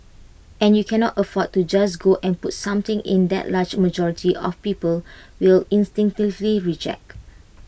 and you cannot afford to just go and put something in that A large majority of people will instinctively reject